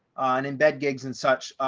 and embed gigs and such,